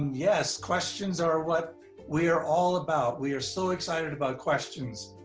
yes, questions are what we are all about. we are so excited about questions.